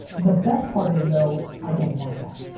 the best part is though, i don't want that.